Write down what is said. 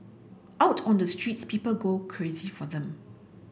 out on the streets people go crazy for them